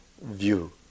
view